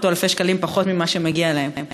או אלפי שקלים פחות ממה שמגיע להם במשכורת.